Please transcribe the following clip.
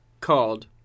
called